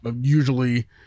Usually